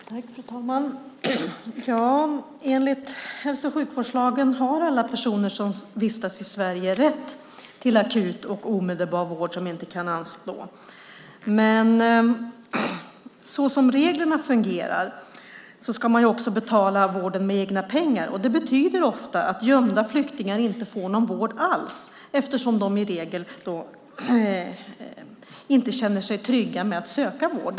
Fru talman! Enligt hälso och sjukvårdslagen har alla personer som vistas i Sverige rätt till akut och omedelbar vård som inte kan anstå. Men som reglerna fungerar ska man också betala vården med egna pengar. Det betyder ofta att gömda flyktingar inte får någon vård alls, eftersom som de i regel inte känner sig trygga med att söka vård.